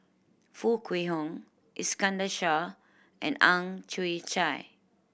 Foo Kwee Horng Iskandar Shah and Ang Chwee Chai